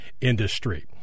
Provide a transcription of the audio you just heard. industry